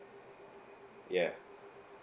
ya